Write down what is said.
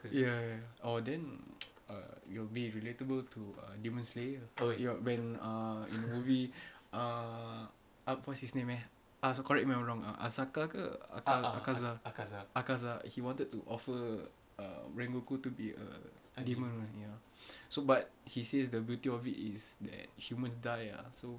ya ya orh then err it'll be relatable to uh demon slayer e~ y~ when uh in the movie uh what's his name eh ah correct me if I'm wrong ah asaka ke akaza akaza he wanted to offer uh rengoku to be a a demon [what] ya so but he says the beauty of it is that humans die ah so